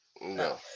No